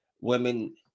women